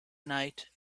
night